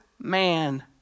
man